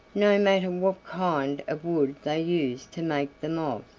no matter what kind of wood they used to make them of.